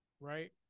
right